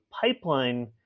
pipeline